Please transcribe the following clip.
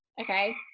okay